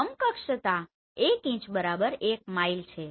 સમકક્ષતા 1 inch 1 mile છે